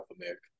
America